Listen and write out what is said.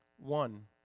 One